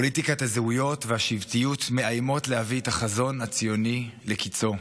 פוליטיקת הזהויות והשבטיות מאיימות להביא את החזון הציוני לקיצו.